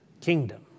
kingdom